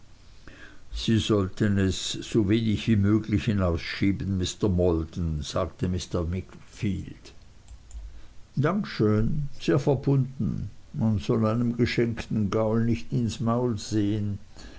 sie sollten es so wenig wie möglich hinausschieben mr maldon sagte mr wickfield dank schön sehr verbunden man soll einem geschenkten gaul nicht ins maul sehen